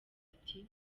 ati